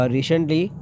Recently